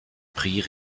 prix